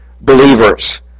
believers